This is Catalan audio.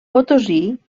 potosí